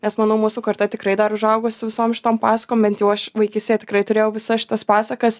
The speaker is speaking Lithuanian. nes manau mūsų karta tikrai dar užaugo su visom šitom pasakom bent jau aš vaikystėje tikrai turėjau visas šitas pasakas